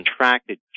contracted